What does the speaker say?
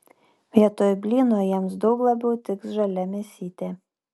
vietoj blyno jiems daug labiau tiks žalia mėsytė